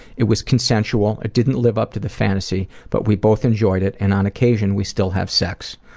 it was consensual, it didn't live up to the fantasy, but we both enjoyed it and on occasion we still have sex.